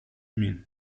mean